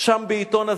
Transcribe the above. שם בעיתון הזה,